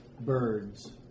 birds